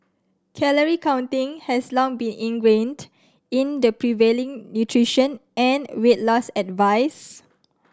calorie counting has long been ingrained in the prevailing nutrition and weight loss advice